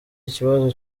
ikibazo